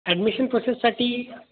admission प्रोसेससाठी